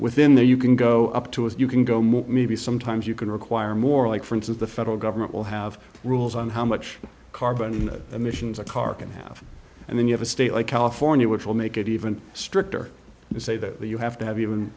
within there you can go up to it you can go more maybe sometimes you can require more like for instance the federal government will have rules on how much carbon emissions a car can have and then you have a state like california which will make it even stricter and say that you have to have even